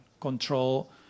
control